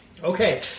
Okay